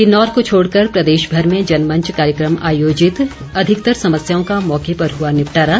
किन्नौर को छोड़कर प्रदेश भर में जनमंच कार्यक्रम आयोजित अधिकतर समस्याओं का मौके पर हुआ निपटारा